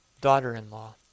daughter-in-law